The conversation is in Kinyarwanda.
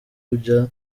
abuja